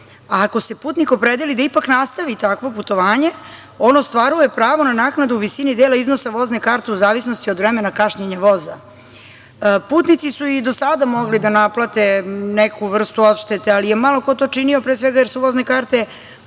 ako se putnik opredeli da ipak nastavi takvo putovanje, on ostvaruje pravo na naknadu u visini dela iznosa vozne karte u zavisnosti od vremena kašnjenja voza. Putnici su i do sada mogli da naplate neku vrstu odštete, ali je malo ko to činio, pre svega jer su vozne karte